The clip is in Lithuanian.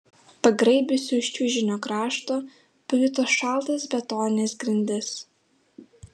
pagraibiusi už čiužinio krašto pajuto šaltas betonines grindis